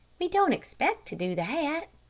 we don't expect to do that,